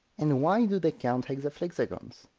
and why do they count hexaflexagons?